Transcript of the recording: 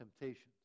temptations